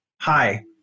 Hi